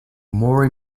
more